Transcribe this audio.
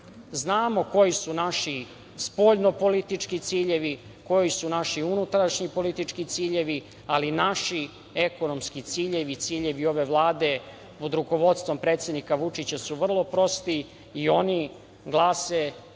Znamo koji su naši spoljnopolitički ciljevi, koji su naši unutrašnji politički ciljevi ali i naši ekonomski ciljevi, ciljevi ove Vlade pod rukovodstvom predsednika Vučića su vrlo prosti i oni glase